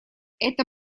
эта